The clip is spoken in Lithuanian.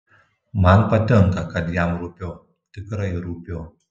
man patinka kad jam rūpiu tikrai rūpiu